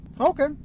Okay